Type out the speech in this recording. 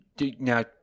Now